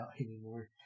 anymore